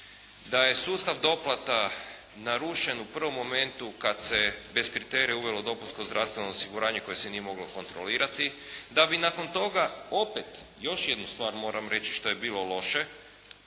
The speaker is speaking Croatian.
da je sustav doplata narušen u prvom momentu kad se bez kriterija uvelo dopunsko zdravstveno osiguranje koje se nije moglo kontrolirati, da bi nakon toga opet još jednu stvar moram reći što je bilo loše,